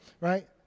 right